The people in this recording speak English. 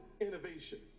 innovation